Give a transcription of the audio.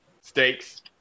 Stakes